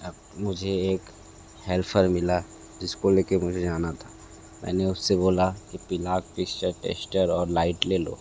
मुझे एक हेल्फर मिला जिस को ले के मुझे जाना था मैंने उससे बोला कि पिलाक पिस्टल टेस्टर और लाइट ले लो